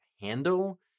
handle